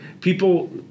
People